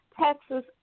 Texas